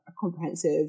comprehensive